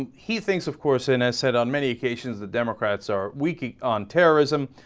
and he thinks of course in a set on many occasions the democrats are we keep on terrorism